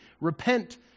repent